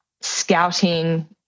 scouting